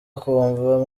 akumva